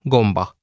Gomba